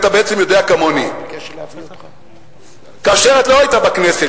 אתה בעצם יודע כמוני: כאשר עוד לא היית בכנסת,